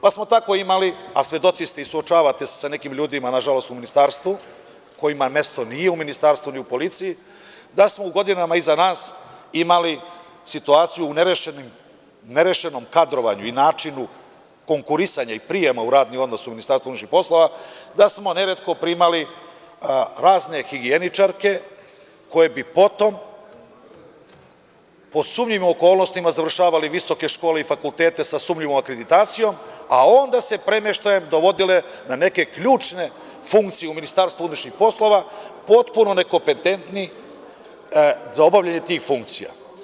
Tako smo imali, a svedoci ste i suočavate se sa nekim ljudima u Ministarstvu, kojima mesto nije u Ministarstvu ni u policiji, da smo u godinama iza nas imali situaciju u nerešenom kadrovanju i načinu konkurisanja i prijema u radni odnos u Ministarstvu unutrašnjih poslova, da smo neretko primali razne higijeničarke, koje bi potom po sumnjivim okolnostima završavale visoke škole i fakultete sa sumnjivom akreditacijom, a onda se premeštajem dovodile na neke ključne funkcije u Ministarstvo unutrašnjih poslova, potpuno nekompetentni za obavljanje tih funkcija.